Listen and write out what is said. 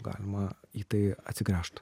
galima į tai atsigręžt